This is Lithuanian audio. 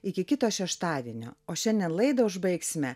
iki kito šeštadienio o šiandien laidą užbaigsime